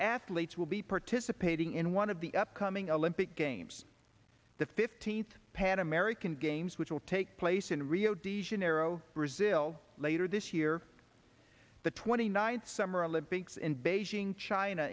athletes will be participating in one of the upcoming olympic games the fifteenth pan american games which will take place in rio de janeiro brazil later this year the twenty ninth summer olympics in beijing china